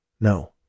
No